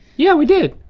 yeah, we did.